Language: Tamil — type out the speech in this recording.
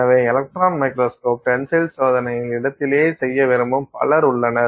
எனவே எலக்ட்ரான் மைக்ரோஸ்கோப் டென்சைல் சோதனையில் இடத்திலேயே செய்ய விரும்பும் பலர் உள்ளனர்